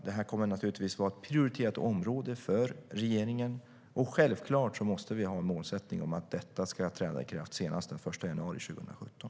Det kommer naturligtvis att vara ett prioriterat område för regeringen. Och självklart måste vi ha målsättningen att detta ska träda i kraft senast den 1 januari 2017.